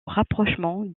rapprochement